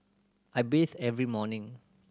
I bathe every morning